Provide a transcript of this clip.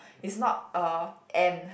it's not a and